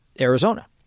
Arizona